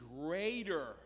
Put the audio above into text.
greater